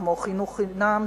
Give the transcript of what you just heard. כמו חינוך חינם,